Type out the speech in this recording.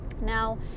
Now